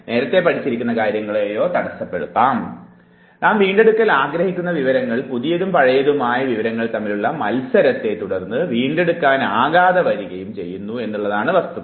നാം വീണ്ടെടുക്കുവാൻ ആഗ്രഹിക്കുന്ന വിവരങ്ങൾ പുതിയതും പഴയതുമായ വിവരങ്ങൾ തമ്മിലുള്ള മത്സരത്തെ തുടർന്നു വീണ്ടെടുക്കുവാനാകാതെ വരികയും ചെയ്യുന്നു എന്നതാണ് വസ്തുത